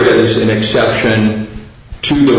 is an exception to the